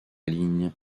ligne